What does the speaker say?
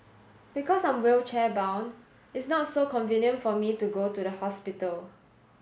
because I'm wheelchair bound it's not so convenient for me to go to the hospital